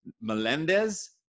Melendez